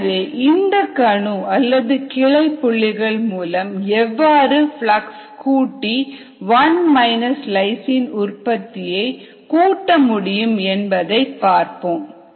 எனவே இந்த கணு அல்லது கிளை புள்ளிகள் மூலம் எவ்வாறு பிளக்ஸ் கூட்டி1 லைசின் உற்பத்தியைக் கூட்ட முடியும் என்று பார்ப்போம்